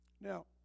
now